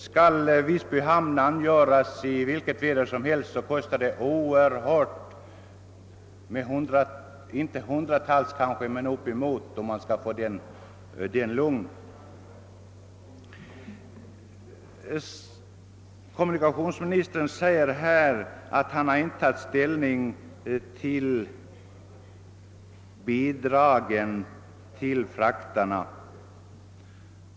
Om Visby hamn skall kunna angöras i vilket väder som helst, skulle detta kosta åtskilliga tiotals miljoner kronor. Kommunikationsministern säger att han inte tagit ställning till bidragen till frakterna.